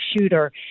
shooter